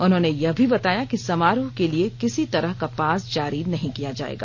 उन्होंने यह भी बताया कि समारोह के लिए किसी तरह का पास जारी नहीं किया जायेगा